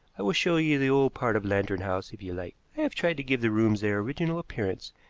i will show you the old part of lantern house, if you like. i have tried to give the rooms their original appearance,